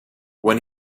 when